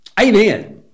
Amen